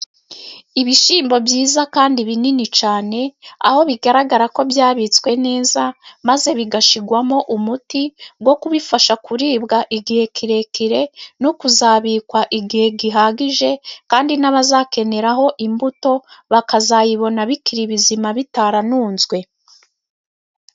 Ibishyimbo byiza kandi binini cyane, aho bigaragara ko byabitswe neza, maze bigashyirwamo umuti wo kubifasha kuribwa igihe kirekire, no kuzabikwa igihe gihagije kandi n'abazakeneraho imbuto, bakazayibona bikiri bizima bitaramunzwe.